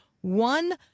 one